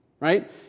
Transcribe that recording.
Right